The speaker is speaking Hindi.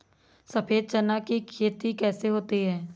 सफेद चना की खेती कैसे होती है?